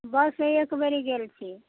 बससँ एक बेरी गेल छी